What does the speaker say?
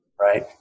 Right